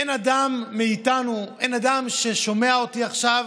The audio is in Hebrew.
אין אדם מאיתנו, אין אדם ששומע אותי עכשיו